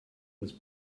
was